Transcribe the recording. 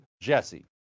JESSE